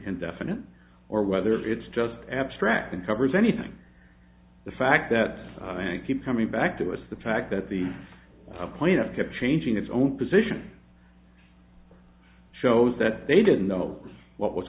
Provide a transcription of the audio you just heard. and definite or whether it's just abstract and covers anything the fact that i keep coming back to is the fact that the plaintiff kept changing its own position shows that they didn't know what was